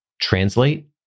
translate